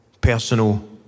personal